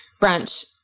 brunch